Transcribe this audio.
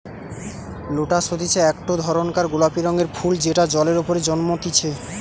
lotus হতিছে একটো ধরণকার গোলাপি রঙের ফুল যেটা জলের ওপরে জন্মতিচ্ছে